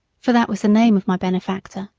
for that was the name of my benefactor,